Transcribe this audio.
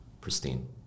pristine